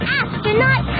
astronaut